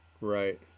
right